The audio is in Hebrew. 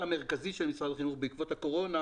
המרכזי של משרד החינוך בעקבות הקורונה,